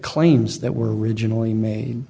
claims that were originally made